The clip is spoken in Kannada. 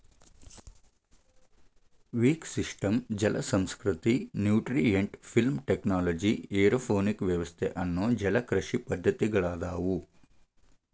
ವಿಕ್ ಸಿಸ್ಟಮ್ ಜಲಸಂಸ್ಕೃತಿ, ನ್ಯೂಟ್ರಿಯೆಂಟ್ ಫಿಲ್ಮ್ ಟೆಕ್ನಾಲಜಿ, ಏರೋಪೋನಿಕ್ ವ್ಯವಸ್ಥೆ ಅನ್ನೋ ಜಲಕೃಷಿ ಪದ್ದತಿಗಳದಾವು